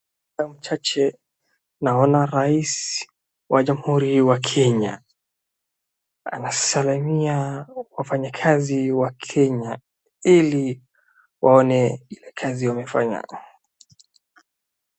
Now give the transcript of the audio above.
Kwa hayo machache naoana rais wa jamuhuri ya wakenya anasalimia wafanyi kazi wa kenya ili waone ile kazi amefanya.